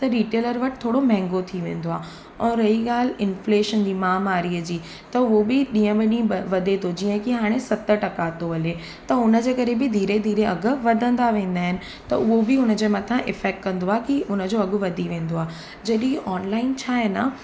त रिटेलर वटि थोरो महांगो थी वेंदो आहे ऐं रही ॻाल्हि इनफ्लेशन जी महामारीअ जी त हो बि ॾींहुं ॿ ॾींहुं वधे थो जीअं की हाणे सत टका थो हले त हुन जे करे बि धीरे धीरे अघु वधंदा वेंदा आहिनि त उहो बि हुन जे मथां इफैक्ट कंदो आहे की उन जो अघु वधी वेंदो आहे जॾहिं ऑनलाइन छा आहे न